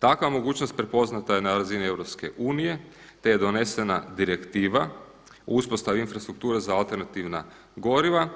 Takva mogućnost prepoznata je na razini EU, te je donesena direktiva o uspostavi infrastrukture za alternativna goriva